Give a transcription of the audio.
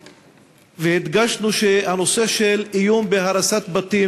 והדגשנו שהנושא של איום בהריסת בתים